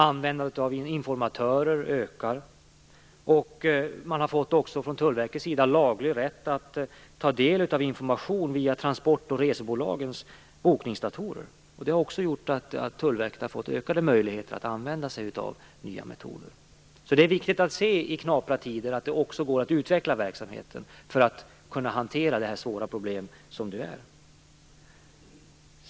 Användandet av informatörer ökar, och Tullverket har också fått laglig rätt att ta del av information via transport och resebolagens bokningsdatorer. Det har också gjort att Tullverket har fått ökade möjligheter att använda sig av nya metoder. Det är viktigt att se det också i knapra tider går att utveckla verksamheten för att kunna hantera detta svåra problem.